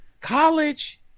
college